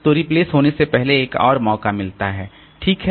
तो रिप्लेस होने से पहले इसे एक और मौका मिलता है ठीक है